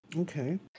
Okay